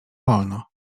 wolno